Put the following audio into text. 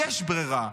יש ברירה.